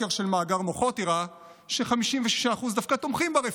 סקר של "מאגר מוחות" הראה ש-56% דווקא תומכים ברפורמה.